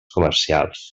comercials